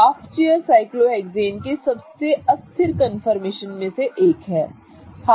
अब half chair cyclohexane के सबसे अस्थिर कन्फर्मेशनस में से एक है